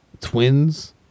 twins